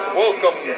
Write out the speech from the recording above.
welcome